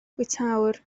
bwytäwr